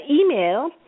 Email